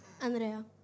Andrea